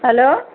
hello